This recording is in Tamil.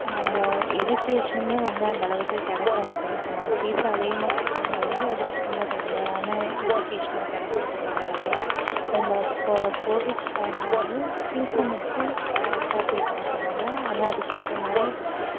நம்ப எஜிகேஷ்னுமே வந்து அந்தளவுக்கு கிடைக்க மாட்டேங்கிது சொல்லலாம் ஃபீஸு அதிகமாக கட்டுறோமே ஒழிஞ்சு அதுக்கு ஏற்ற மாதிரி ரெகுலரான எஜிகேஷ்னும் கிடைக்கறது கிடையாது இப்போ நம்ப கோ கோவிட் டைமில் வந்து ஃபீஸை மட்டும் கரெக்டாக பே பண்ண சொன்னாங்க ஆனால் அதுக்கு ஏற்ற மாதிரி